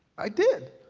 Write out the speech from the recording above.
i did.